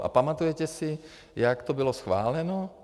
A pamatujete si, jak to bylo schváleno?